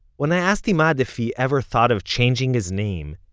when i asked emad if he ever thought of changing his name,